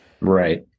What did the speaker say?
right